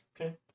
Okay